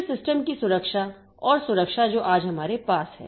फिर सिस्टम की सुरक्षा और सुरक्षा जो आज हमारे पास है